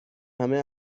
همه